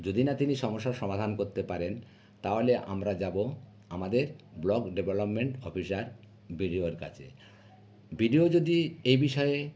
যদি না তিনি সমস্যার সমাধান করতে পারেন তাহলে আমরা যাবো আমাদের ব্লক ডেভেলপমেন্ট অফিসার বিডিওর কাছে বিডিও যদি এই বিষয়ে